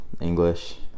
english